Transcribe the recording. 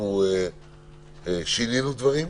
שינינו דברים.